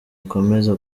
ukomeza